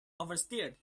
oversteered